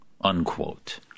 unquote